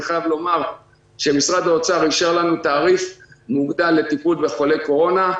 אני חייב לומר שמשרד האוצר אישר לנו תעריף מוגדל לטיפול בחולי קורונה,